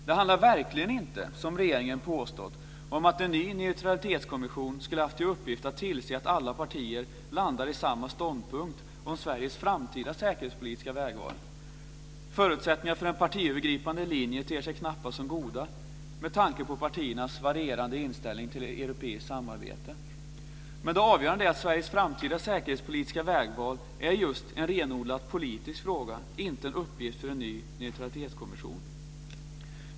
Det handlar verkligen inte - som regeringen påstått - om att en ny neutralitetskommission skulle haft till uppgift att tillse att alla partier landar på samma ståndpunkt om Sveriges framtida säkerhetspolitiska vägval. Förutsättningarna för en partiövergripande linje ter sig knappast som goda, med tanke på partiernas varierande inställning till europeiskt samarbete. Men det avgörande är att Sveriges framtida säkerhetspolitiska vägval är en renodlat politisk fråga, inte en uppgift för en ny neutralitetskommission.